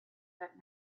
that